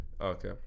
Okay